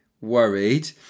worried